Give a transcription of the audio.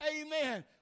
Amen